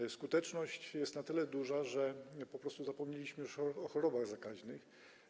Ich skuteczność jest na tyle duża, że po prostu zapomnieliśmy już o chorobach zakaźnych.